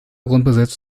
grundbesitz